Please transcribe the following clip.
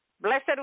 blessed